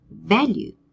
value